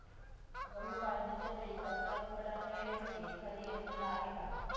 गहू काढणीच्या वेळी कचरा व खडा न येण्यासाठी एखादी यंत्रणा आहे का?